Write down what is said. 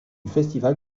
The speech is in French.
festival